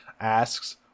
asks